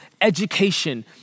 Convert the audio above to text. education